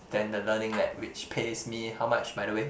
than the learning lab which pays me how much by the way